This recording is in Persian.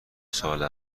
سال